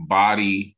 body